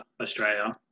Australia